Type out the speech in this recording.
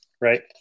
right